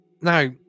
now